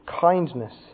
kindness